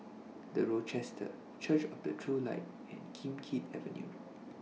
The Rochester Church of The True Light and Kim Keat Avenue